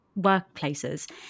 workplaces